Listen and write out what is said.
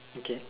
okay